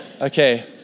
Okay